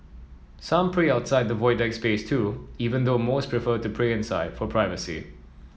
some pray outside the Void Deck space too even though most prefer to pray inside for privacy